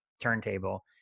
turntable